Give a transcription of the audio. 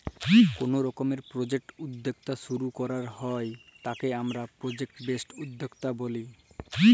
call রকমের project উদ্যক্তা শুরু করাক হ্যয় তাকে হামরা প্রজেক্ট বেসড উদ্যক্তা ব্যলি